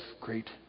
great